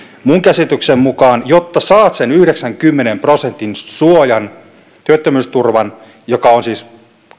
minun käsitykseni mukaan jotta saat sen yhdeksänkymmenen prosentin suojan työttömyysturvan joka on siis